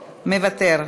מוותר,